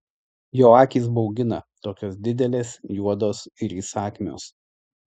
jo akys baugina tokios didelės juodos ir įsakmios